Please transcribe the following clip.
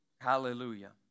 Hallelujah